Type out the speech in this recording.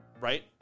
right